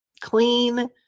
clean